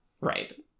Right